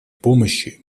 помощи